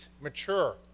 mature